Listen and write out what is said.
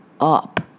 up